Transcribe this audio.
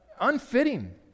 unfitting